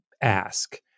ask